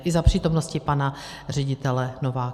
I za přítomnosti pana ředitele Nováka.